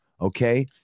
Okay